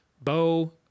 Bo